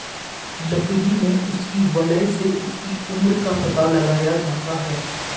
लकड़ी में उसकी वलय से उसकी उम्र का पता लगाया जाता है